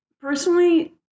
personally